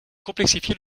complexifier